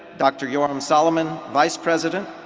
dr. yoram soloman, vice president,